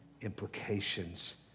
implications